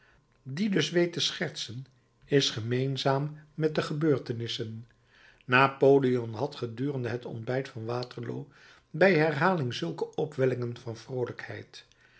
die dus weet te schertsen is gemeenzaam met de gebeurtenissen napoleon had gedurende het ontbijt van waterloo bij herhaling zulke opwellingen van vroolijkheid